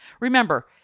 Remember